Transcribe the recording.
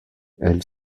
elle